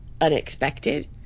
unexpected